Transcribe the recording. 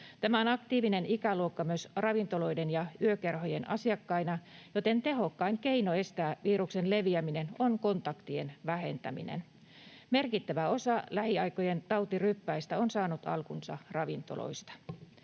Tämä on aktiivinen ikäluokka myös ravintoloiden ja yökerhojen asiakkaina, joten tehokkain keino estää viruksen leviäminen on kontaktien vähentäminen. Merkittävä osa lähiaikojen tautiryppäistä on saanut alkunsa ravintoloista.